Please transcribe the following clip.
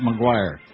McGuire